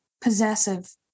possessive